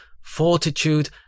fortitude